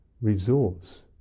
resource